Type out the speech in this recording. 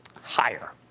higher